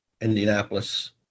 Indianapolis